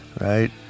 right